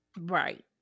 Right